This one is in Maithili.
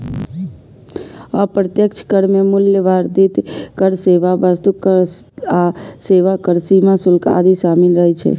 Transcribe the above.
अप्रत्यक्ष कर मे मूल्य वर्धित कर, सेवा कर, वस्तु आ सेवा कर, सीमा शुल्क आदि शामिल रहै छै